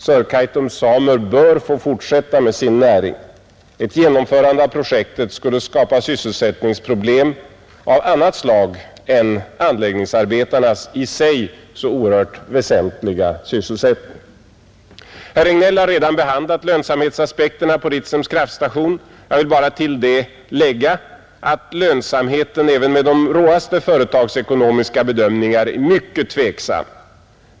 Sörkaitums samer bör få fortsätta med sin näring, Ett genomförande av projektet skulle skapa sysselsättningsproblem av annat slag än anläggningsarbetarnas i sig så oerhört väsentliga sysselsättning. Herr Regnéll har redan behandlat lönsamhetsaspekterna på Ritsems kraftstation, Jag vill bara till det lägga att lönsamheten även med de råaste företagsekonomiska bedömningar är mycket tveksam.